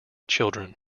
children